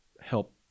help